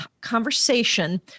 conversation